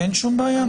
אין שום בעיה.